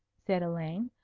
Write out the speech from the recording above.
said elaine,